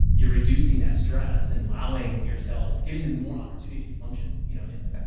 you're reducing that stress and allowing your cells or giving them more opportunity to function you know in and